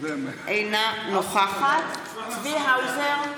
אינה נוכחת צבי האוזר,